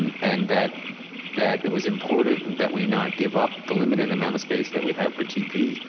and and that that it was important that we not give up the limited amount of space that we have for tp